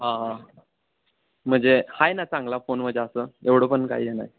हां हां म्हणजे आहे ना चांगला फोन म्हणजे असं एवढं पण काय हे नाही